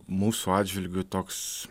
mūsų atžvilgiu toks